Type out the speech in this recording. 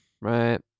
Right